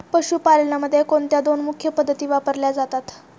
पशुपालनामध्ये कोणत्या दोन मुख्य पद्धती वापरल्या जातात?